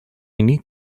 need